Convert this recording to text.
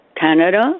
Canada